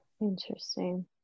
interesting